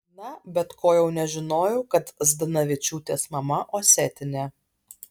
na bet ko jau nežinojau kad zdanavičiūtės mama osetinė